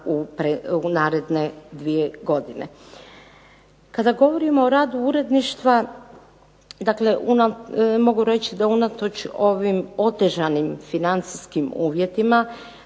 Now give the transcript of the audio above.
u naredne 2 godine. Kada govorimo o radu uredništva, dakle mogu reći da unatoč ovim otežanim financijskim uvjetima